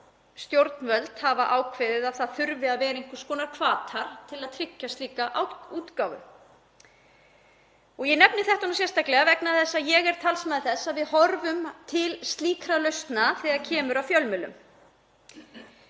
Stjórnvöld hafa ákveðið að það þurfi að vera einhvers konar hvatar til að tryggja slíka útgáfu. Ég nefni þetta sérstaklega vegna þess að ég er talsmaður þess að við horfum til slíkra lausna þegar kemur að fjölmiðlum.